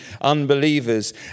unbelievers